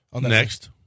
Next